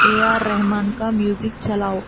اے آر رحمان کا میوزک چلاؤ